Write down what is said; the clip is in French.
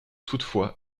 toutefois